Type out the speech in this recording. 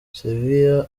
sevilla